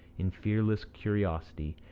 in fearless curiosity,